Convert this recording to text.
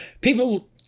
people